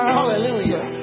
Hallelujah